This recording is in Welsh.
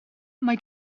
mae